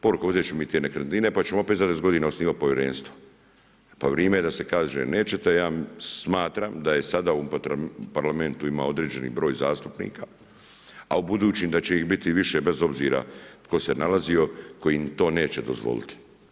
Poruka … nekretnine pa ćemo opet za 10 godina osnivat povjerenstvo, pa vrime je da se kaže nećete, ja smatram da je sada u Parlamentu ima određeni broj zastupnika, a u budućim da će ih biti više, bez obzira tko se nalazio, tko im to neće dozvoliti.